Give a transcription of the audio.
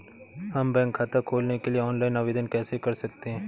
हम बैंक खाता खोलने के लिए ऑनलाइन आवेदन कैसे कर सकते हैं?